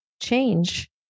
change